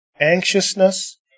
anxiousness